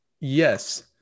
Yes